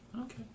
Okay